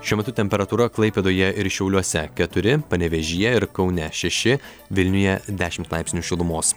šiuo metu temperatūra klaipėdoje ir šiauliuose keturi panevėžyje ir kaune šeši vilniuje dešimt laipsnių šilumos